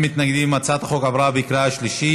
הצעת החוק עברה בקריאה שלישית.